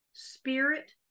Spirit